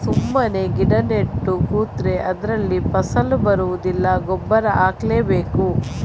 ಸುಮ್ಮನೆ ಗಿಡ ನೆಟ್ಟು ಕೂತ್ರೆ ಅದ್ರಲ್ಲಿ ಫಸಲು ಬರುದಿಲ್ಲ ಗೊಬ್ಬರ ಹಾಕ್ಲೇ ಬೇಕು